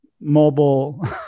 mobile